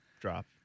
Drop